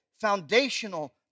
foundational